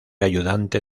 ayudante